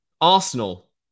Arsenal